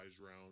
round